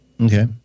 Okay